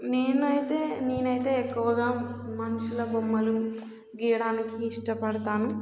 నేనైతే నేనైతే ఎక్కువగా మనుషుల బొమ్మలు గీయడానికి ఇష్టపడతాను